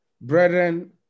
Brethren